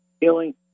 healing